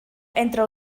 entre